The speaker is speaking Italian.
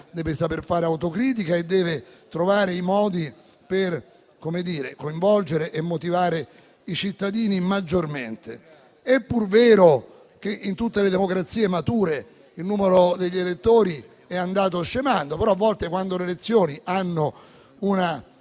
deve saper fare autocritica e deve trovare i modi per coinvolgere e motivare maggiormente i cittadini. È pur vero che in tutte le democrazie mature il numero degli elettori è andato scemando, però a volte, quando le elezioni hanno